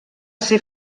ser